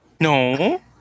No